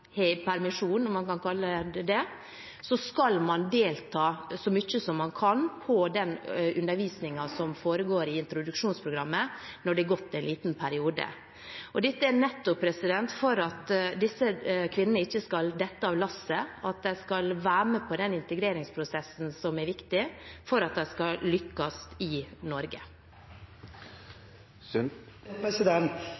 har permisjon – om man kan kalle det det – skal man delta så mye man kan i den undervisningen som foregår i introduksjonsprogrammet, når det har gått en liten periode. Dette er nettopp for at disse kvinnene ikke skal dette av lasset, for at de skal være med på den integreringsprosessen som er viktig for at de skal lykkes i